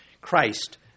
Christ